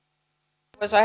arvoisa